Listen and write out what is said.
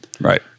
Right